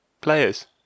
players